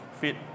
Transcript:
fit